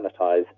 sanitize